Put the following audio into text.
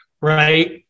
right